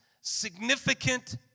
significant